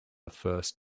first